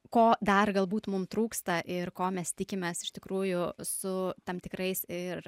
ko dar galbūt mum trūksta ir ko mes tikimės iš tikrųjų su tam tikrais ir